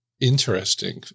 interesting